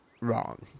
wrong